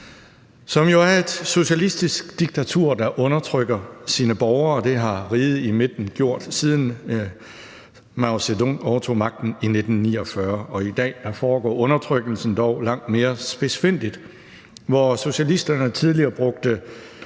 som jo er et socialistisk diktatur, der undertrykker sine borgere. Det har Riget i Midten gjort, siden Mao Zedong overtog magten i 1949, og i dag foregår undertrykkelsen dog langt mere spidsfindigt. Hvor socialisterne tidligere brugte